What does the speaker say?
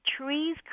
Trees